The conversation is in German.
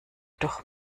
doch